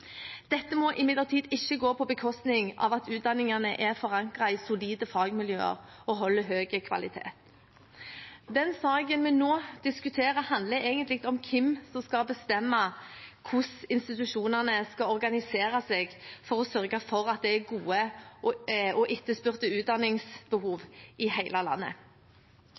Dette må imidlertid ikke gå på bekostning av at utdanningene er forankret i solide fagmiljøer og holder høy kvalitet.» Den saken vi nå diskuterer, handler egentlig om hvem som skal bestemme hvordan institusjonene skal organisere seg for å sørge for at det er gode og etterspurte utdanningstilbud i hele landet.